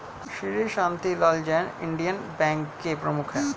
Shri Shantilal Jain Indian bank के प्रमुख है